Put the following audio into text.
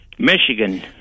Michigan